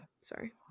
sorry